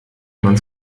man